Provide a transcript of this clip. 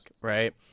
Right